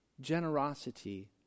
generosity